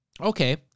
Okay